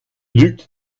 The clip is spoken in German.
lügt